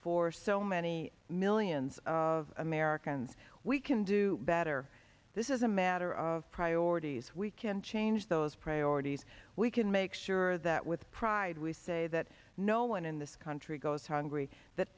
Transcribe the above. for so many millions of americans we can do better this is a matter of priorities we can change those priorities we can make sure that with pride we say that no one in this country goes hungry that